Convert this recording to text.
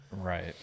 Right